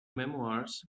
memoirs